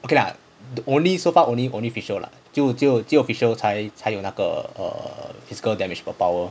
okay lah the only so far only only fischl lah 只有只有只有 fischl 才才有那个 err physical damage or power